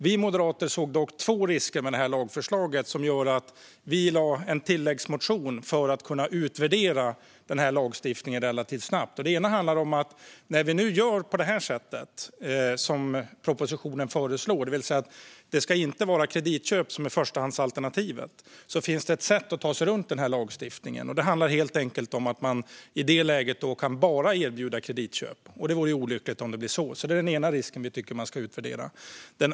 Vi moderater såg dock två risker med lagförslaget, och därför lade vi en tilläggsmotion för att kunna utvärdera lagstiftningen relativt snabbt. Presentation av betalningssätt vid marknadsföring av betaltjänster online Det ena handlar om att när vi nu gör på det sätt som propositionen föreslår, det vill säga att kreditköp inte ska vara förstahandsalternativet, finns det ett sätt att ta sig runt den lagstiftningen: helt enkelt att endast erbjuda kreditköp. Det vore olyckligt om det blev så, och därför tycker vi att man ska utvärdera den risken.